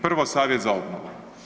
Prvo, Savjet za obnovu.